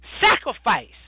sacrifice